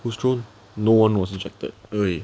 who's thrown no one was ejected eh